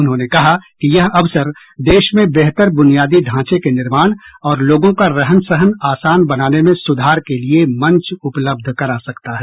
उन्होंने कहा कि यह अवसर देश में बेहतर ब्रनियादी ढांचे के निर्माण और लोगों का रहन सहन आसान बनाने में सुधार के लिए मंच उपलब्ध करा सकता है